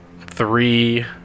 three